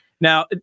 Now